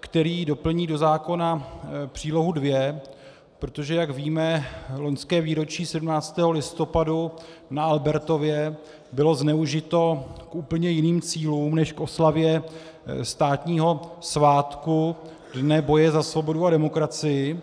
který doplní do zákona přílohu 2, protože jak víme, loňské výročí 17. listopadu na Albertově bylo zneužito k úplně jiným cílům než k oslavě státního svátku Dne boje za svobodu a demokracii.